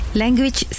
language